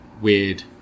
weird